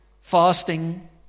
fasting